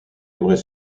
aimerait